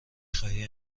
خواهی